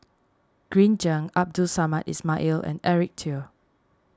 Green Zeng Abdul Samad Ismail and Eric Teo